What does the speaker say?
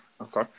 Okay